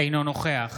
אינו נוכח